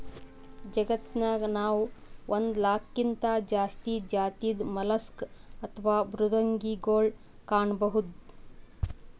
ಜಗತ್ತನಾಗ್ ನಾವ್ ಒಂದ್ ಲಾಕ್ಗಿಂತಾ ಜಾಸ್ತಿ ಜಾತಿದ್ ಮಲಸ್ಕ್ ಅಥವಾ ಮೃದ್ವಂಗಿಗೊಳ್ ಕಾಣಬಹುದ್